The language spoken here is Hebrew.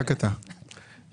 אני